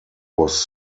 was